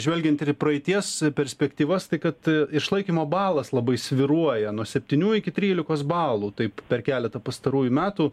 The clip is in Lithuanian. žvelgiant ir į praeities perspektyvas tai kad išlaikymo balas labai svyruoja nuo septynių iki trylikos balų taip per keletą pastarųjų metų